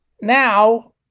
Now